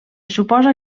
suposa